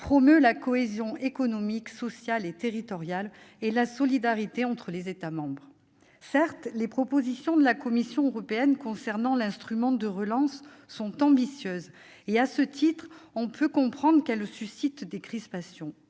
promeut la cohésion économique, sociale et territoriale, et la solidarité entre les États membres »? Certes, les propositions de la Commission européenne concernant l'instrument de relance sont ambitieuses et, à ce titre, on peut comprendre qu'elles suscitent des crispations.